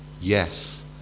Yes